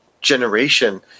generation